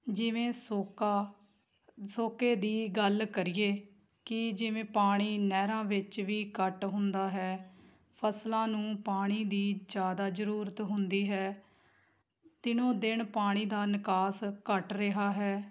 ਜਿਵੇਂ ਸੋਕਾ ਸੋਕੇ ਦੀ ਗੱਲ ਕਰੀਏ ਕਿ ਜਿਵੇਂ ਪਾਣੀ ਨਹਿਰਾਂ ਵਿੱਚ ਵੀ ਘੱਟ ਹੁੰਦਾ ਹੈ ਫ਼ਸਲਾਂ ਨੂੰ ਪਾਣੀ ਦੀ ਜ਼ਿਆਦਾ ਜ਼ਰੂਰਤ ਹੁੰਦੀ ਹੈ ਦਿਨੋ ਦਿਨ ਪਾਣੀ ਦਾ ਨਿਕਾਸ ਘੱਟ ਰਿਹਾ ਹੈ